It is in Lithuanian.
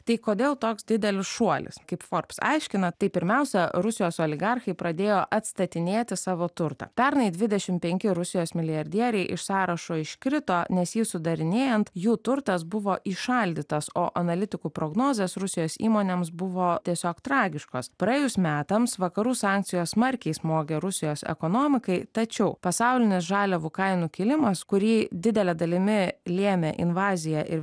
tai kodėl toks didelis šuolis kaip forbs aiškina tai pirmiausia rusijos oligarchai pradėjo atstatinėti savo turtą pernai dvidešim penki rusijos milijardieriai iš sąrašo iškrito nes jį sudarinėjant jų turtas buvo įšaldytas o analitikų prognozės rusijos įmonėms buvo tiesiog tragiškos praėjus metams vakarų sankcijos smarkiai smogė rusijos ekonomikai tačiau pasaulinis žaliavų kainų kilimas kurį didele dalimi lėmė invazija ir